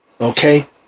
okay